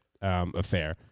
affair